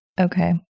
okay